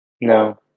No